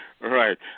right